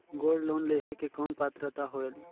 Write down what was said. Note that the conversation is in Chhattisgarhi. गोल्ड लोन लेहे के कौन पात्रता होएल?